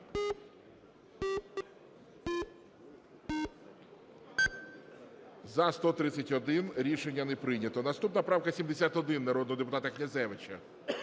За-131 Рішення не прийнято. Наступна правка – 71, народного депутата Князевича.